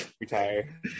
retire